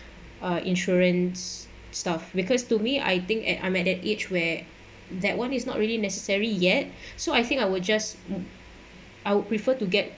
our insurance stuff because to me I think that I'm at an age where that one is not really necessary yet so I think I will just I would prefer to get